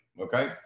okay